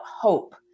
hope